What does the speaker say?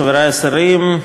חברי השרים,